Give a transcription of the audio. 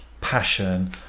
passion